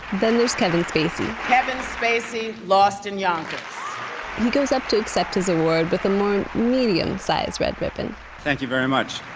then, there's kevin spacey kevin spacey, lost in yonkers. he goes up to accept his award with a more medium-sized red ribbon thank you very much.